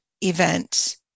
event